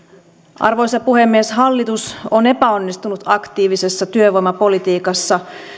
arvoisa puhemies hallitus on epäonnistunut aktiivisessa työvoimapolitiikassa